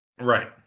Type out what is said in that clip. Right